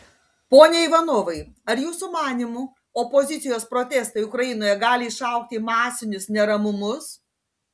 pone ivanovai ar jūsų manymu opozicijos protestai ukrainoje gali išaugti į masinius neramumus